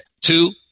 Two